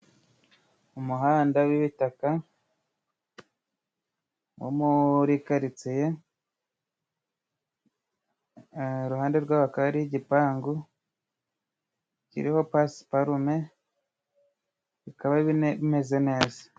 Umuhanda w'ibitaka wo muri karitsiye, iruhande rwaho hakaba hariho igipangu kiriho pasiparume bikaba bimeze neza.